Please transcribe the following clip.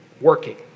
working